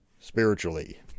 spiritually